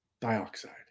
Dioxide